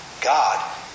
God